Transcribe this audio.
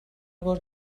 بار